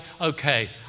Okay